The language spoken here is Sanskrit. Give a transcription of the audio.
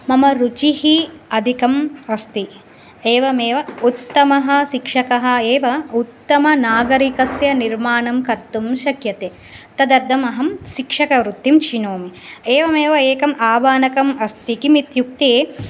मम रुचिः अधिकम् अस्ति एवमेव उत्तमः शिक्षकः एव उत्तमनागरिकस्य निर्माणं कर्तुं शक्यते तदर्थमहं शिक्षकवृत्तिं चिनोमि एवमेव एकम् आभाणकम् अस्ति किमित्युक्ते